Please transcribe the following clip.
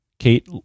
Kate